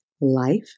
life